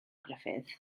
gruffudd